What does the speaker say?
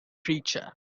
creature